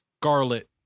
Scarlet